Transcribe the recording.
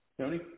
Tony